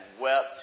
wept